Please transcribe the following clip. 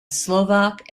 slovak